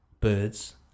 birds